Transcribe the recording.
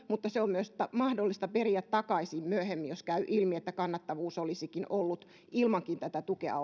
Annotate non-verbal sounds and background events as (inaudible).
(unintelligible) mutta se on myös mahdollista periä takaisin myöhemmin jos käy ilmi että kannattavuus olisikin ollut olemassa ilmankin tätä tukea (unintelligible)